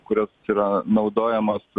kurios yra naudojamos